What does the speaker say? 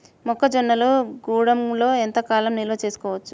మొక్క జొన్నలు గూడంలో ఎంత కాలం నిల్వ చేసుకోవచ్చు?